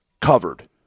covered